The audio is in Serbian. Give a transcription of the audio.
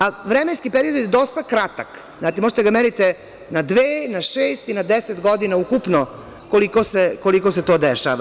A vremenski period je dosta kratak, znate možete da ga merite na dve, na šest i na deset godina ukupno koliko se to dešava.